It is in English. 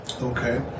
okay